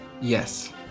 Yes